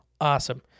awesome